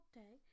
day